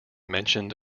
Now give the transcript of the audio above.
mentioned